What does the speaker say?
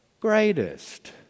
greatest